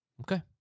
Okay